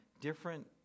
different